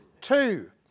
Two